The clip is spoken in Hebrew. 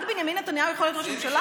רק בנימין נתניהו יכול להיות ראש ממשלה?